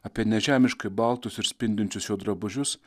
apie nežemiškai baltus ir spindinčius jo drabužius